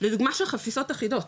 לדוגמא של חפיסות אחידות,